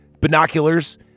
binoculars